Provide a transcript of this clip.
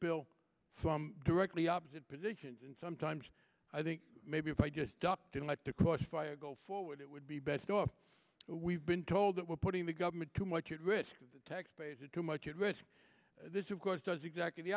bill from directly opposite positions and sometimes i think maybe if i just didn't like to crossfire go forward it would be best we've been told that we're putting the government too much at risk the taxpayers are too much at risk this of course does exactly the